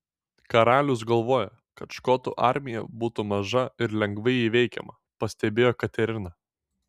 karalius galvoja kad škotų armija būtų maža ir lengvai įveikiama pastebėjo katerina